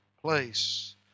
place